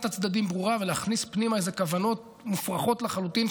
הצדדים ברורה ולהכניס פנימה איזה כוונות מופרכות לחלוטין,